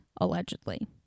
allegedly